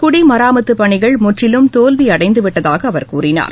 குடிமராமத்து பணிகள் முற்றிலும் தோல்வி அடைந்துவிட்டதாக அவர் கூறினார்